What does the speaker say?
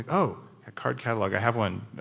oh, a card catalog, i have one,